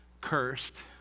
cursed